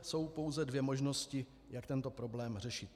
Jsou pouze dvě možnosti, jak tento problém řešit.